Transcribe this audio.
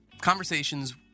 conversations